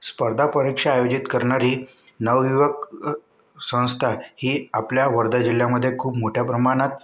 स्पर्धा परीक्षा आयोजित करणारी नवयुवक संस्था ही आपल्या वर्धा जिल्ह्यामधे खूप मोठ्या प्रमाणात